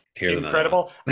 incredible